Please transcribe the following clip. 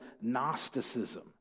Gnosticism